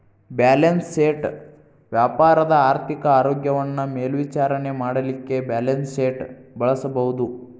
balance sheet ವ್ಯಾಪಾರದ ಆರ್ಥಿಕ ಆರೋಗ್ಯವನ್ನ ಮೇಲ್ವಿಚಾರಣೆ ಮಾಡಲಿಕ್ಕೆ ಬ್ಯಾಲನ್ಸ್ಶೇಟ್ ಬಳಸಬಹುದು